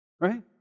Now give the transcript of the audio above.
right